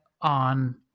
on